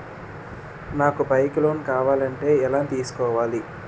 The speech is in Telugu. నాకు బైక్ లోన్ కావాలంటే ఎలా తీసుకోవాలి?